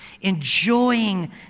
enjoying